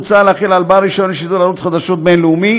מוצע להחיל על בעל רישיון לשידור ערוץ חדשות בין-לאומי